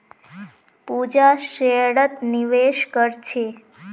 पूजा शेयरत निवेश कर छे